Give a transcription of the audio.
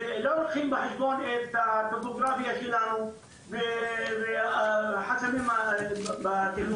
ולא לוקחים בחשבון את הטופוגרפיה שלנו והחסמים בתכנון.